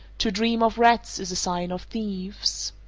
to dream of rats is a sign of thieves.